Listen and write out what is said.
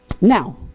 Now